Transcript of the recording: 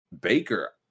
Baker